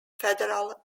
federal